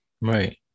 Right